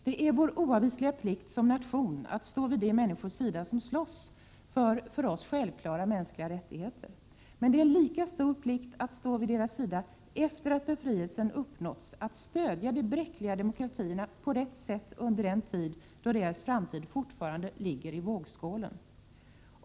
Det är vår oavvisliga plikt som nation att stå vid de människors sida som slåss för för oss självklara mänskliga rättigheter. Men det är en lika stor plikt att stå vid deras sida efter det att befrielsen uppnåtts, att stödja de bräckliga demokratierna på rätt sätt under den tid då deras framtid fortfarande ligger i vågskålen.